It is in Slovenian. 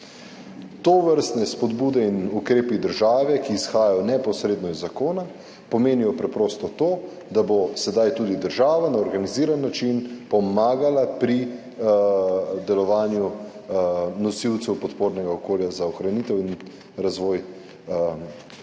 Tovrstne spodbude in ukrepi države, ki izhajajo neposredno iz zakona, pomenijo preprosto to, da bo sedaj tudi država na organiziran način pomagala pri delovanju nosilcev podpornega okolja za ohranitev in razvoj